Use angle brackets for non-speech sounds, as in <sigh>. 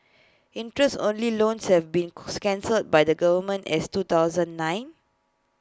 interest only loans have been <unintelligible> cancelled by the government as two thousand nine